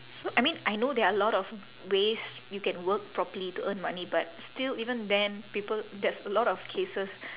so I mean I know there are a lot of ways you can work properly to earn money but still even then people there's a lot of cases